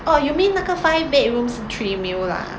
orh you mean 那个 five bedroom 是 three million lah